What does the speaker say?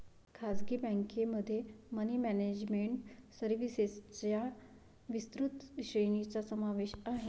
खासगी बँकेमध्ये money management सर्व्हिसेसच्या विस्तृत श्रेणीचा समावेश आहे